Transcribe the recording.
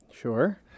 Sure